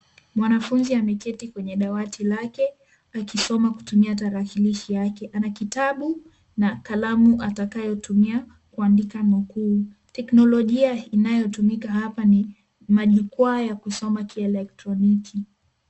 Mwanafunzi ameketi kwenye dawati lake, akisoma kutumia tarakilishi yake, ana kitabu, na kalamu atakayotumia, kuandika nukuu. Teknolojia inayotumika hapa ni majukwaa ya kusoma kieletroniki.